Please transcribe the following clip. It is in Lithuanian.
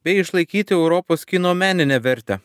bei išlaikyti europos kino meninę vertę